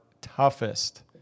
toughest